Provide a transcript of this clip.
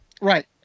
Right